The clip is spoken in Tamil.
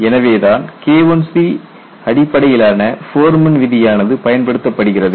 எனவேதான் KIC அடிப்படையிலான ஃபோர்மன் விதியானது பயன்படுத்தப்படுகிறது